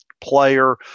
player